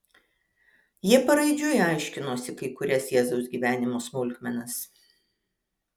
jie paraidžiui aiškinosi kai kurias jėzaus gyvenimo smulkmenas